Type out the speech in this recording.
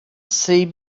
see